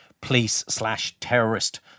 police-slash-terrorist